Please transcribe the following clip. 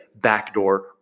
backdoor